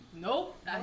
Nope